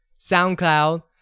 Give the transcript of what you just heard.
SoundCloud